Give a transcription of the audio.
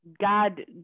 God